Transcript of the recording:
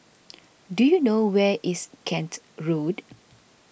do you know where is Kent Road